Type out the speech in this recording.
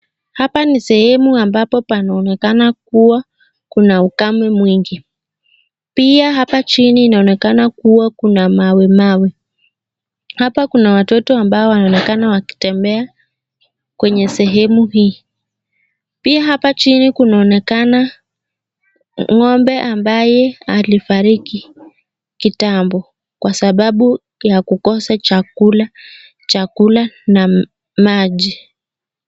Hapa ni sehemu ambapo panaonekana kuwa kuna ukame mwingi. Pia hapa chini kuwa kuna mawe mawe .Hapa kunaonekana kuna watotot wanatembea kwenye sehemu hii. Pia hapa chini kunaonekana ng'ombe ambaye alifariki kitambo kwa sababu ya kukosa chakula na maji.